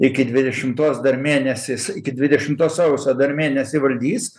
iki dvidešimtos dar mėnesis iki dvidešimtos sausio dar mėnesį valdys